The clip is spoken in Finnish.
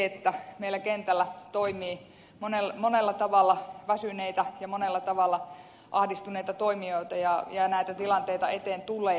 meillä kentällä toimii monella tavalla väsyneitä ja monella tavalla ahdistuneita toimijoita ja näitä tilanteita eteen tulee